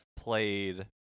played